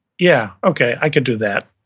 yeah, okay, i could do that.